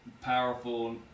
powerful